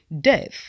Death